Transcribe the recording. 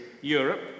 Europe